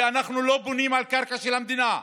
כי אנחנו לא בונים על קרקע של המדינה,